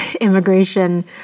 immigration